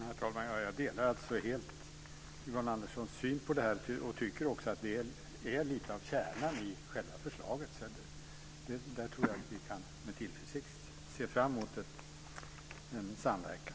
Herr talman! Jag delar helt Yvonne Anderssons syn på det här och tycker också att det är lite av kärnan i förslaget. Jag tror att vi med tillförsikt kan se fram emot en samverkan.